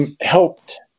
helped